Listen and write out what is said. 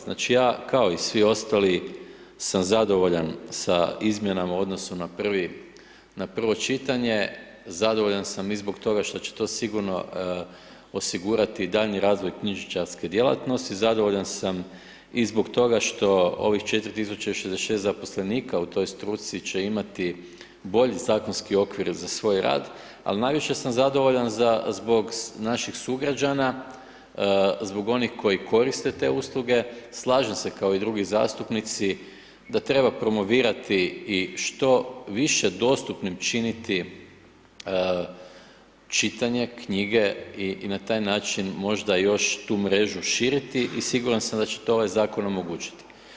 Znači ja, kao i svi ostali, sam zadovoljan sa izmjenama u odnosu na prvo čitanje, zadovoljan sam i zbog toga što će to sigurno osigurati i daljnji razvoj knjižničarske djelatnosti, zadovoljan sam i zbog toga što ovih 4066 zaposlenika u toj struci će imati bolji zakonski okvir za svoj rad, ali najviše sam zadovoljan zbog naših sugrađana, zbog onih koji koriste te usluge, slažem se kao i drugi zastupnici da treba promovirati i što više dostupnim činiti čitanje knjige i na taj način možda još tu mrežu širiti i siguran sam da će to ovaj zakon omogućiti.